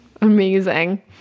amazing